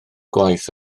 gwaith